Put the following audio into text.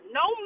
no